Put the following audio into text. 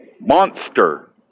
monster